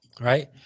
right